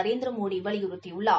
நரேந்திர மோடி வலியுறுத்தியுள்ளார்